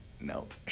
Nope